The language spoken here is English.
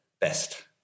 best